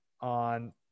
on